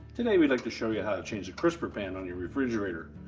today we'd like to show you how to change a crisper pan on your refrigerator.